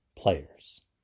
players